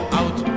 out